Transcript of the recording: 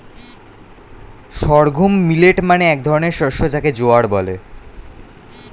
sorghum millet মানে এক ধরনের শস্য যাকে জোয়ার বলে